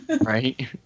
Right